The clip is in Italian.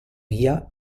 via